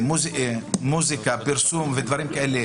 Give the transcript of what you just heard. לא מוזיקה אלא פרסומת לחנות,